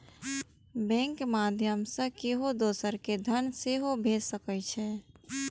बैंकक माध्यय सं केओ दोसर कें धन सेहो भेज सकै छै